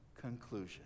conclusion